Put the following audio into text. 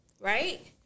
right